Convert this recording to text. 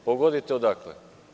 Pogodite odakle?